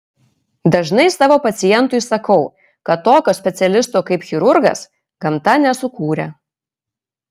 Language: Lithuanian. dažnai savo pacientui sakau kad tokio specialisto kaip chirurgas gamta nesukūrė